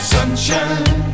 Sunshine